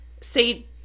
say